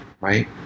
right